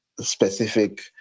specific